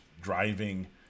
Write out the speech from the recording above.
driving